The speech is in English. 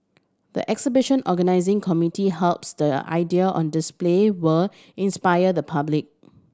the exhibition organising committee hopes the idea on display will inspire the public